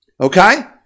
okay